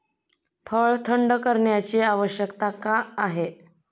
फळ थंड करण्याची आवश्यकता का आहे?